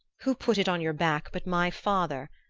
who put it on your back but my father?